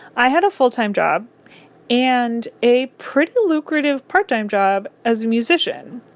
i had a full-time job and a pretty lucrative part-time job as a musician.